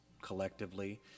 collectively